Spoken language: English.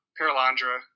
Paralandra